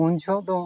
ᱩᱱᱡᱚᱦᱚᱜ ᱫᱚ